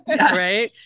Right